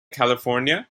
california